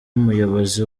muyobozi